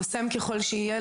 קוסם ככל שיהיה,